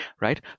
right